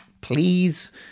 Please